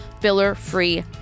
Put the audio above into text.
filler-free